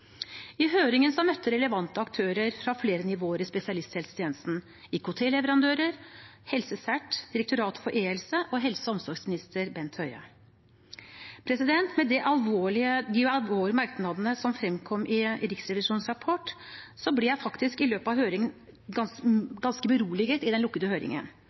I høringen møtte relevante aktører fra flere nivåer i spesialisthelsetjenesten: IKT-leverandører, HelseCERT, Direktoratet for e-helse og helse- og omsorgsminister Bent Høie. Med de alvorlige merknadene som fremkom i Riksrevisjonens rapport, ble jeg faktisk ganske beroliget i den lukkede høringen, for alle aktørene som var på høringen,